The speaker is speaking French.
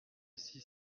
six